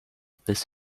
this